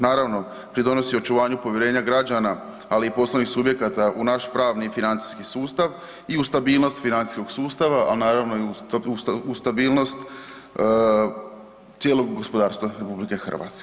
Naravno pridonosi očuvanju povjerenja građana, ali i poslovnih subjekata u naš pravni i financijski sustav i u stabilnost financijskog sustava, a naravno i u stabilnost cijelog gospodarstva RH.